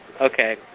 okay